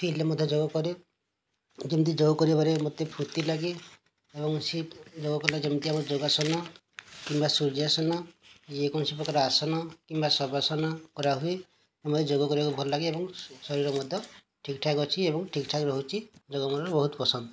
ଫିଲଡ଼ରେ ମଧ୍ୟ ଯୋଗ କରେ ଯିମିତି ଯୋଗକରିବାରେ ମୋତେ ଫୁର୍ତ୍ତି ଲାଗେ ଏବଂ ସେହି ଯୋଗ କଲେ ଯେମିତି ଆମର ଯୋଗାସନ କିମ୍ବା ସୂର୍ଯ୍ୟାସନ ଯେକୌଣସି ପ୍ରକାର ଆସନ କିମ୍ବା ଶବାସନ କରାହୁଏ ମୋତେ ଯୋଗ କରିବାକୁ ଭଲ ଲାଗେ ଏବଂ ଶରୀର ମଧ୍ୟ ଠିକ ଠାକ ଅଛି ଏବଂ ଠିକ ଠାକ ରହୁଛି ଯୋଗ ମୋର ବହୁତ ପସନ୍ଦ